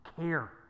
care